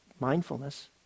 Mindfulness